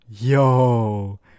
Yo